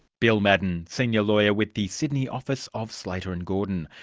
bill madden, senior lawyer with the sydney office of slater and gordon.